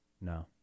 No